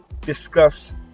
discuss